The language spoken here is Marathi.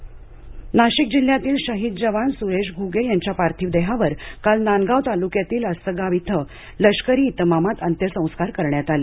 शहीद जवान नाशिक जिल्ह्यातील शहीद जवान सुरेश घुगे यांच्या पार्थिव देहावर काल नांदगाव तालुक्यातील अस्तगाव इथं लष्करी इतमामात अंत्यसंस्कार करण्यात आले